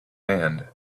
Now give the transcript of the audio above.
hand